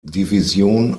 division